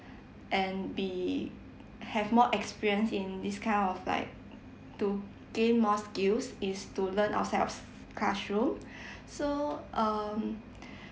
and be have more experience in this kind of like to gain more skills is to learn outside of classroom so um